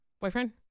boyfriend